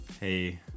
hey